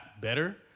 better